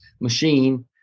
machine